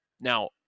Now